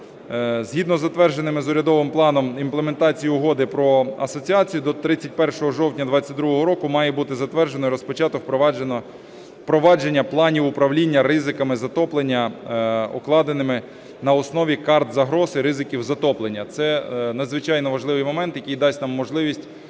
Згідно із затвердженою з урядовим планом імплементацією Угоди про асоціацію до 31 жовтня 22-го року має бути затверджено і розпочато впровадження планів управління ризиками затоплення, укладеними на основі карт загроз і ризиків затоплення. Це надзвичайно важливий момент, який дасть нам можливість